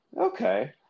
Okay